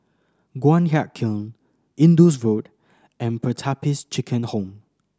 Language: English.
Guan Huat Kiln Indus Road and Pertapis Children Home